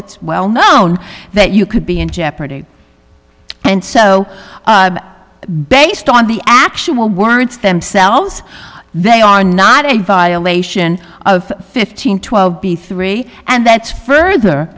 it's well known that you could be in jeopardy and so based on the actual words themselves they are not a violation of fifteen twelve b three and that's further